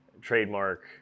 trademark